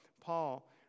Paul